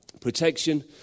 protection